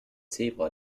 zebra